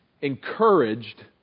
encouraged